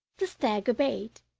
the stag obeyed,